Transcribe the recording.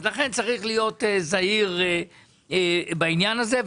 לכן צריך להיות זהיר בעניין הזה.